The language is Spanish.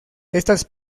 estas